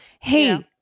Hey